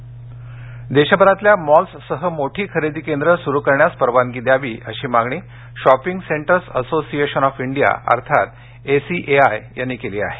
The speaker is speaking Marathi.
मॉल्स देशभरातल्या मॉल्ससह मोठी खरेदी केंद्र सुरू करण्यास परवानगी द्यावी अशी मागणी shopping centres association of India अर्थात एस सी ए आय ने केली आहे